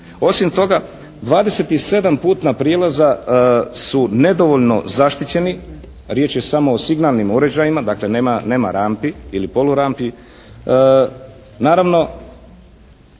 i sedam putna prijelaza su nedovoljno zaštićeni. Riječ je samo o signalnim uređajima, dakle nema rampi ili polu rampi. Naravno,